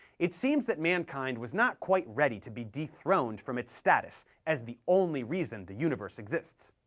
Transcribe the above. it seems that mankind was not quite ready to be dethroned from its status as the only reason the universe exists.